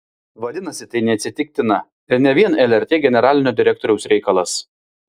vadinasi tai neatsitiktina ir ne vien lrt generalinio direktoriaus reikalas